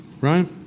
Right